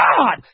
God